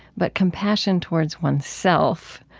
but compassion towards one's self,